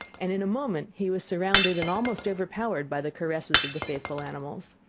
and in a moment he was surrounded and almost overpowered by the caresses of the faithful animals.